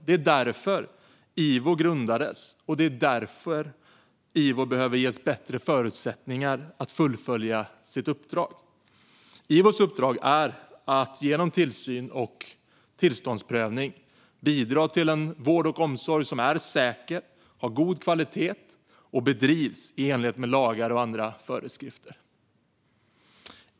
Det var därför IVO grundades, och det är därför IVO behöver ges bättre förutsättningar att fullfölja sitt uppdrag. IVO:s uppdrag är att genom tillsyn och tillståndsprövning bidra till en vård och omsorg som är säker, har god kvalitet och bedrivs i enlighet med lagar och andra föreskrifter.